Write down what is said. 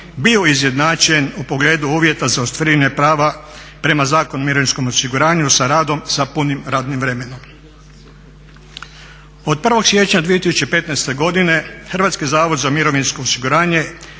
bio izjednačen u pogledu uvjeta za ostvarivanje prava prema Zakonu o mirovinskom osiguranju sa radom sa punim radnim vremenom. Od 1. siječnja 2015. godine Hrvatski zavod za mirovinsko osiguranje